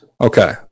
Okay